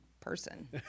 person